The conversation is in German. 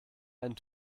einen